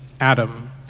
Adam